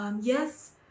Yes